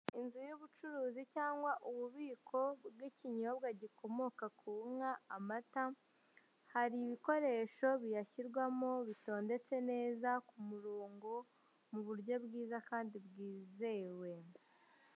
Inzu y'ubucuruzi cyangwa ububiko bw'ikinyobwa gikomoka ku inka amata, hari ibikoresho biyashyirwamo bitondetse neza kumurongo muburyo bwiza kandi bwizewe.